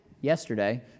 yesterday